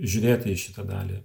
žiūrėti į šitą dalį